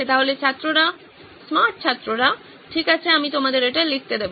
তাহলে ছাত্ররা স্মার্ট ঠিক আছে আমি তোমাকে এটা লিখতে দেবো